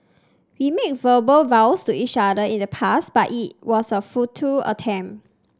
we made verbal vows to each other in the past but it was a futile attempt